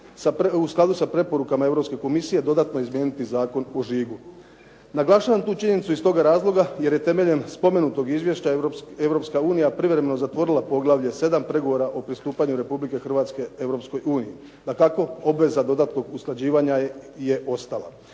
u skladu sa preporukama Europske komisije dodatno izmijeniti Zakon o žigu. Naglašavam tu činjenicu iz toga razloga jer je temeljem spomenutog izvješća Europska unija privremeno zatvorila poglavlje 7 pregovora o pristupanju Republike Hrvatske Europskoj uniji. Dakako, obveza dodatnog usklađivanja je ostala.